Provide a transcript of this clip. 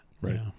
Right